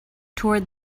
toward